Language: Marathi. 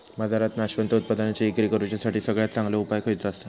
बाजारात नाशवंत उत्पादनांची इक्री करुच्यासाठी सगळ्यात चांगलो उपाय खयचो आसा?